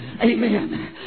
Amen